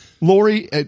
Lori